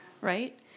right